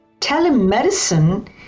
telemedicine